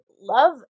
love